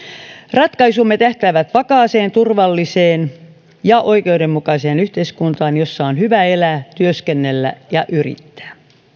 ratkaisumme tähtäävät vakaaseen turvalliseen ja oikeudenmukaiseen yhteiskuntaan jossa on hyvä elää työskennellä ja yrittää